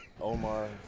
Omar